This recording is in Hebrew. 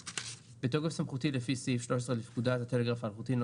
בתוקף סמכותי לפי סעיף 13 לפקודת הטלגרף האלחוטי ,